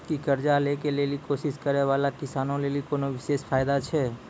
कि कर्जा लै के लेली कोशिश करै बाला किसानो लेली कोनो विशेष फायदा छै?